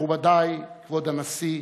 מכובדי, כבוד הנשיא,